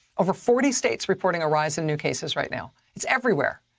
over forty states reporting a rise in new cases right now. it's everywhere.